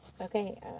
okay